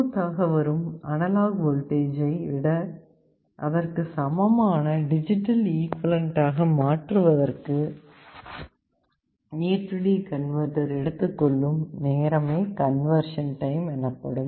input ஆக வரும் analogue வோல்டேஜ்ஜை அதற்கு சமமான டிஜிட்டல் ஈகுவளென்ட் ஆக மாற்றுவதற்கு AD கன்வெர்ட்டர் எடுத்துக்கொள்ளும் நேரமே கன்வெர்ஷன் டைம் எனப்படும்